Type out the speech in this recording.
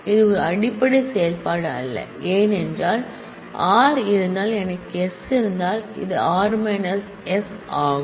இது ஒரு அடிப்படை செயல்பாடு அல்ல ஏனென்றால் r இருந்தால் எனக்கு s இருந்தால் இது r s ஆகும்